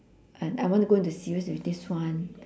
uh I want to go into serious with this one